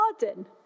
garden